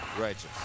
Righteous